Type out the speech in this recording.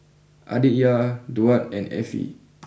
Aditya Duard and Effie